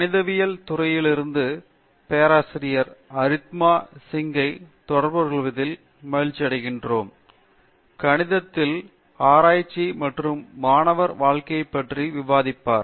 கணிதவியல் துறையிலிருந்து பேராசிரியர் அரிந்தமா சிங்கை தொடர்புகொள்வதில் மகிழ்ச்சியடைகின்றோம் கணிதத்தில் ஆராய்ச்சி மற்றும் மாணவர் வாழ்க்கையை பற்றி விவாதிப்பார்